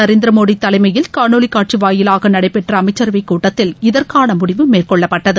நரேந்திரமோடி தலைமையில் காணொலி காட்சி வாயிலாக நடைபெற்ற அமைச்சரவை கூட்டத்தில் இதற்கான முடிவு மேற்கொள்ளப்பட்டது